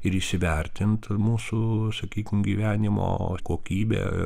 ir įsivertint mūsų sakykim gyvenimo kokybę